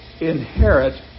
Inherit